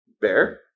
bear